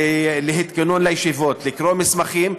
להתכונן לישיבות, לקרוא מסמכים,